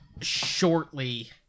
shortly